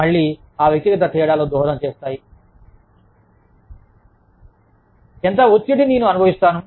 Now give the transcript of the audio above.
మళ్ళీ ఆ వ్యక్తిగత తేడాలు దోహదం చేస్తాయి ఎంత ఒత్తిడి నేను అనుభవిస్తాను